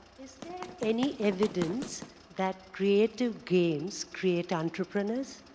is there any evidence that creative games create entrepreneurs?